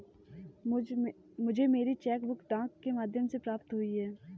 मुझे मेरी cheque book डाक के माध्यम से प्राप्त हुई है